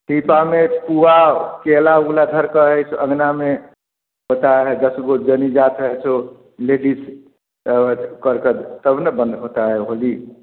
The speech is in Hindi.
पीपा में पुआ केला उला धर कर ऐसा अंगना में बँटाता है दस गो जनी जाता है सो लेडिस और कर कर तब न बंद होता है होली